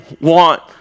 want